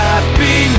Happy